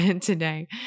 today